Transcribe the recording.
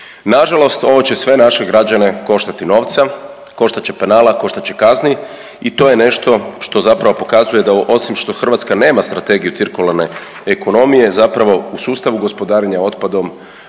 Nažalost, ovo će sve naše građane koštati novca, koštat će penala, koštat će kazni i to je nešto što zapravo pokazuje da osim što Hrvatska nema strategiju cirkularne ekonomije zapravo u sustavu gospodarenja otpadom